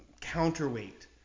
counterweight